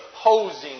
opposing